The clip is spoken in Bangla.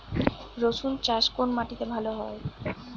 রুসুন চাষ কোন মাটিতে ভালো হয়?